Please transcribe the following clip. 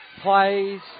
plays